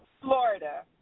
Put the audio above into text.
Florida